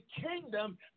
kingdom